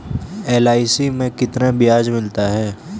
LIC में कितना ब्याज मिलता है?